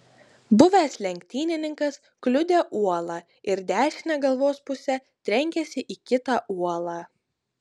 buvęs lenktynininkas kliudė uolą ir dešine galvos puse trenkėsi į kitą uolą